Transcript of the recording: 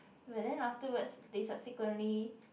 but then afterwards they subsequently